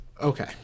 Okay